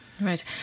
Right